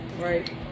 Right